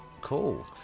Cool